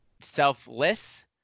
selfless